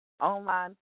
online